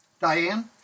Diane